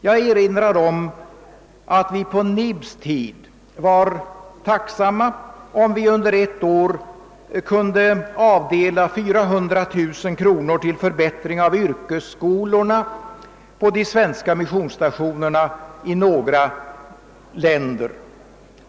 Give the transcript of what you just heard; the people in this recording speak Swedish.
Jag erinrar om att vi på NIB:s tid var tacksamma om vi under ett år kunde avdela 400 000 kronor till förbättring av yrkesskolorna på de svenska missionsstationerna i några länder.